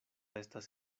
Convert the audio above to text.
estas